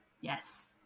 Yes